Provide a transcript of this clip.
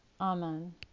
Amen